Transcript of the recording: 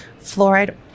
fluoride